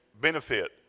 benefit